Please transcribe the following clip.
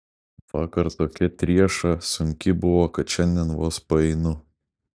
vakar tokia trieša sunki buvo kad šiandien vos paeinu